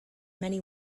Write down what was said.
many